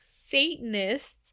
Satanists